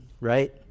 right